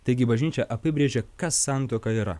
taigi bažnyčia apibrėžė kas santuoka yra